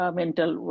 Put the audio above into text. mental